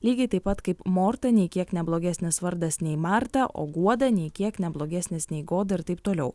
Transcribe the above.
lygiai taip pat kaip morta nei kiek ne blogesnis vardas nei marta o guoda nė kiek ne blogesnis nei goda ir taip toliau